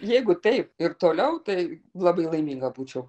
jeigu taip ir toliau tai labai laiminga būčiau